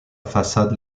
façade